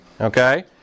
Okay